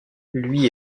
lui